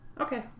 Okay